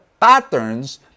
patterns